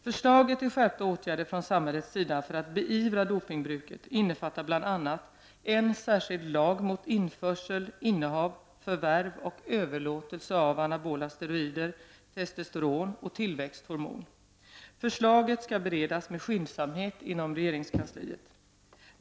Förslaget till skärpta åtgärder från samhällets sida för att beivra dopingbruket innefattar bl.a. en särskild lag mot införsel, innehav, förvärv och överlåtelse av anabola steroider, testosteron och tillväxthormon. Förslaget skall beredas med skyndsamhet inom regeringskansliet.